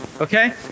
okay